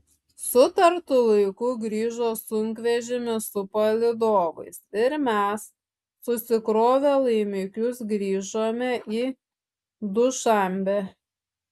sutartu laiku grįžo sunkvežimis su palydovais ir mes susikrovę laimikius grįžome į dušanbę